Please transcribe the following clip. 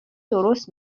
درست